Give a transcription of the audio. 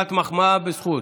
קיבלת מחמאה בזכות.